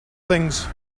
things